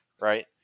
Right